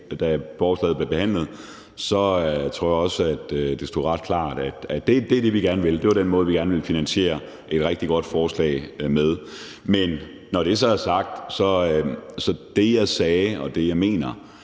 da forslaget blev behandlet, var opmærksom, så tror jeg også, at det stod ret klart, at det er det, vi gerne vil, og at det er den måde, vi gerne vil finansiere et rigtig godt forslag på. Men når det så er sagt, var det, jeg sagde, og det, jeg mener,